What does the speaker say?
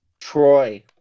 Troy